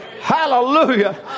Hallelujah